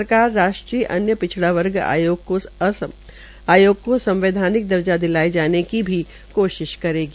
सरकार राष्ट्रीय अन्य पिछड़ा वर्ग आयोग को संवैधानिक दर्जा दिलाये जाने की भी कोशिश करेगी